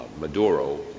Maduro